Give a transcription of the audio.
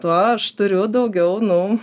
tuo aš turiu daugiau nu